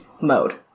mode